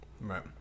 Right